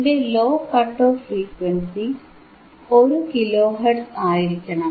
അതിന്റെ low cut off frequency 1 kilohertz ആയിരിക്കണം